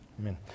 Amen